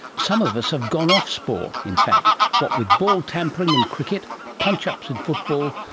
some of us have gone off sport in fact, what with ball tampering in cricket, punch-ups in football,